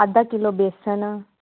अद्धा किलो बेसन